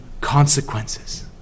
consequences